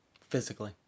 Physically